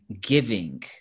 giving